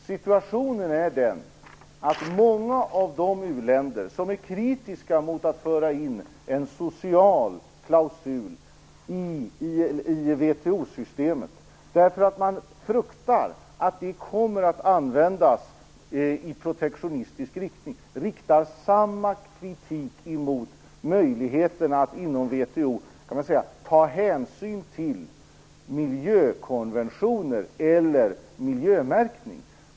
Situationen är den att många av de u-länder som är kritiska mot att föra in en social klausul i VHO-systemet, därför att man fruktar att den kommer att användas i protektionistisk riktning, riktar samma kritik mot möjligheten att inom VHO ta hänsyn till miljökonventioner eller miljömärkning.